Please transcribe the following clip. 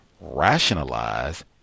rationalize